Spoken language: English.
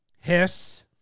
hiss